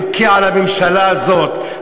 אבכי על הממשלה הזאת,